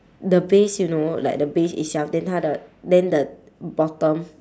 the base you know like the base itself then 它的 then the bottom